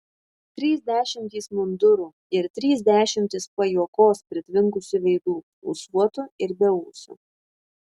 trys dešimtys mundurų ir trys dešimtys pajuokos pritvinkusių veidų ūsuotų ir beūsių